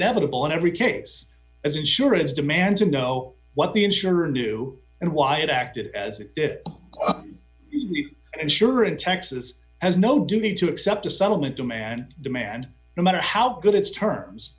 inevitable in every case as insurance demand to know what the insurer knew and why it acted as it did and sure in texas has no duty to accept a settlement demand demand no matter how good its terms